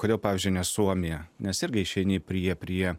kodėl pavyzdžiui ne suomija nes irgi išeini prie prie